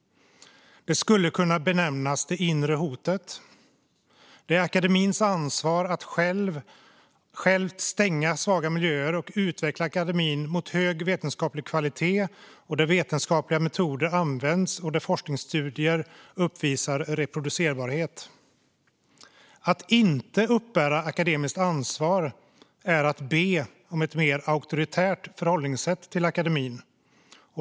Det skulle kunna benämnas det inre hotet. Det är akademins ansvar att själv stänga svaga miljöer, utveckla akademin mot hög vetenskaplig kvalitet där vetenskapliga metoder används och forskningsstudier uppvisar reproducerbarhet. Att inte uppbära akademiskt ansvar är att be om ett mer auktoritärt förhållningssätt till akademin.